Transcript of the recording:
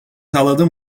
sağladı